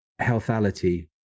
healthality